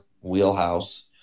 wheelhouse